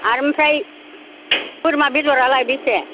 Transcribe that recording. आरो ओमफ्राय बोरमा बेदरालाय बेसे